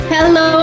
Hello